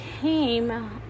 came